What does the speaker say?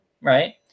right